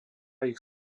ich